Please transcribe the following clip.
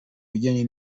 bijyanye